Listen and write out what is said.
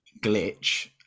glitch